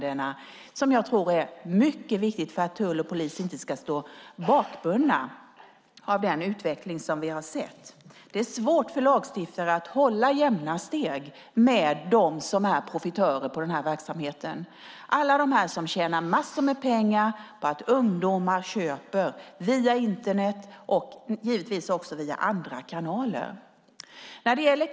Det tror jag är mycket viktigt för att tull och polis inte ska stå bakbundna av den utveckling som vi har sett. Det är svårt för lagstiftare att hålla jämna steg med dem som är profitörer på verksamheten, det vill säga alla dem som tjänar massor med pengar på att ungdomar köper via Internet och givetvis också via andra kanaler.